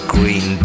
Green